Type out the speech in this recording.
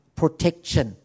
protection